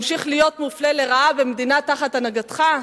ממשיך להיות מופלה לרעה במדינה תחת הנהגתך?